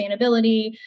sustainability